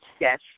Yes